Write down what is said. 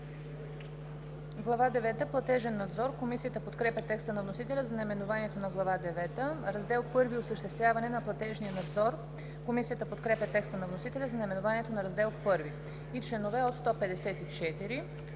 девета – Платен надзор“. Комисията подкрепя текста на вносителя за наименованието на Глава девета. „Раздел I – Осъществяване на платежния надзор“. Комисията подкрепя текста на вносителя за наименованието на Раздел I. Комисията